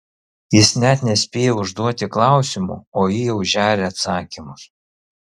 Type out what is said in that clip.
jis net nespėja užduoti klausimo o ji jau žeria atsakymus